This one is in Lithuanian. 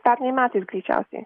pernai metais greičiausiai